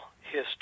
history